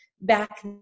back